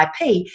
IP